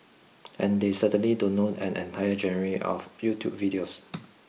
and they certainly don't own an entire genre of YouTube videos